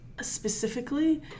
specifically